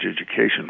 education